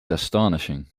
astonishing